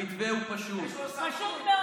המתווה הוא פשוט, פשוט מאוד וטוב.